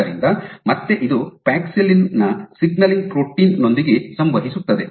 ಆದ್ದರಿಂದ ಮತ್ತೆ ಇದು ಪ್ಯಾಕ್ಸಿಲಿನ್ ನ ಸಿಗ್ನಲಿಂಗ್ ಪ್ರೋಟೀನ್ ನೊಂದಿಗೆ ಸಂವಹಿಸುತ್ತದೆ